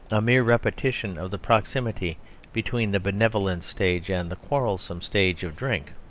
a mere repetition of the proximity between the benevolent stage and the quarrelsome stage of drink.